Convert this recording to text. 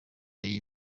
iyi